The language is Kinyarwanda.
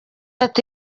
ati